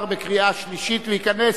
התשע"א 2011, נתקבל.